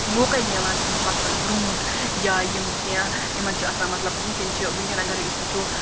موقعے میلان زِ یِم پَکہَن برٛونٛٹھ یا یِم کیٚنٛہہ یِمَن چھِ آسان مَطلَب وُنکیٚن چھِ وُنکیٚن اگرے أسۍ وُچھو